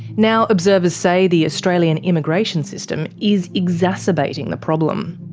now observers say the australian immigration system is exacerbating the problem.